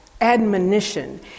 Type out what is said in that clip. admonition